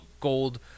gold